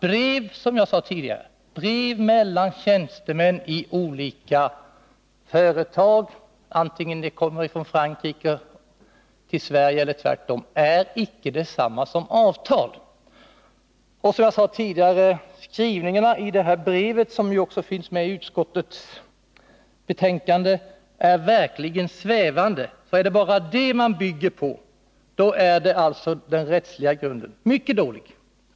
Brev mellan tjänstemän i olika företag — vare sig de kommer från Frankrike till Sverige eller tvärtom — är, som jag sade tidigare, icke detsamma som avtal. Och som jag också sade tidigare är skrivningarna i det här brevet, som finns med i utskottsbetänkandet, verkligen svävande. Är det bara detta man bygger på, då är den rättsliga grunden mycket dålig.